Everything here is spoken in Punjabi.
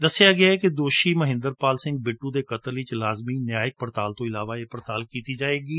ਦੱਸਿਆ ਗਿਐ ਕਿ ਦੋਸ਼ੀ ਮਹਿੰਦਰ ਪਾਲ ਪ੍ਰੀਤੂ ਦੈ ਕਤਲ ਵਿੱਚ ਲਾਜਮੀ ਨਿਆਇਕ ਪੜਤਾਲ ਤੋਂ ਅਲਾਵਾ ਇਹ ਪੜਤਾਲ ਕੀਤੀ ਜਾਵੇਗੀ